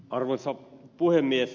arvoisa puhemies